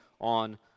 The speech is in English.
on